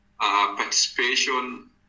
participation